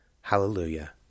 Hallelujah